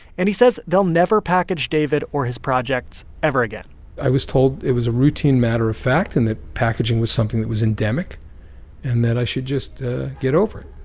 and he says they'll never package david or his projects ever again i was told it was a routine matter of fact and that packaging was something that was endemic and that i should just get over it